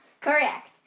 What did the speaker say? Correct